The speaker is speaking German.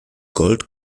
gold